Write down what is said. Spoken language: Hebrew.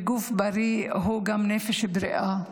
וגוף בריא הוא גם נפש בריאה,